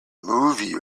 movie